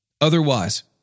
Otherwise